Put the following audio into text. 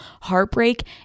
heartbreak